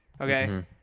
Okay